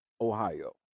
Ohio